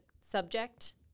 subject